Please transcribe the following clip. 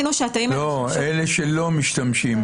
אלה שלא משתמשים.